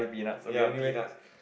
ya peanuts